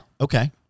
Okay